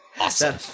awesome